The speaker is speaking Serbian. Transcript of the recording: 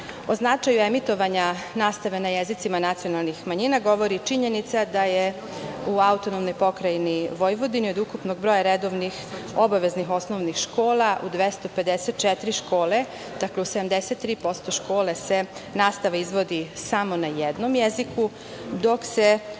značaju emitovanja nastave na jezicima nacionalnih manjina govori i činjenica da je u AP Vojvodini od ukupnog broja obaveznih osnovnih škola u 254 škole, dakle u 73% škola se nastava izvodi samo na jednom jeziku, dok se